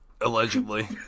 Allegedly